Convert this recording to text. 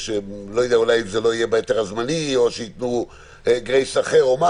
אולי זה לא יהיה בהיתר הזמני או שייתנו גרייס אחר.